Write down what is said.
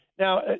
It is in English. Now